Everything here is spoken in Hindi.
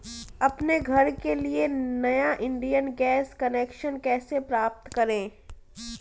अपने घर के लिए नया इंडियन गैस कनेक्शन कैसे प्राप्त करें?